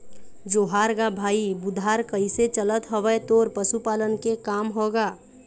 जोहार गा भाई बुधार कइसे चलत हवय तोर पशुपालन के काम ह गा?